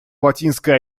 латинской